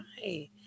hi